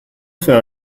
fait